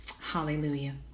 Hallelujah